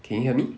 can you hear me